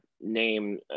name